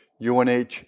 unh